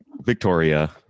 Victoria